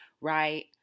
right